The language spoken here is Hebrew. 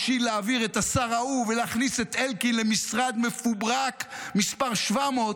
בשביל להעביר את השר ההוא ולהכניס את אלקין למשרד מפוברק מספר 700,